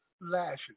lashes